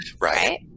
Right